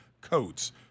Coats